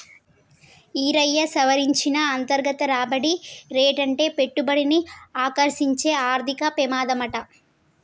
ఈరయ్యా, సవరించిన అంతర్గత రాబడి రేటంటే పెట్టుబడిని ఆకర్సించే ఆర్థిక పెమాదమాట